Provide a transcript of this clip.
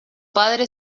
padre